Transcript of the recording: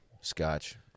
scotch